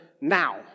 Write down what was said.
now